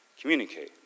communicate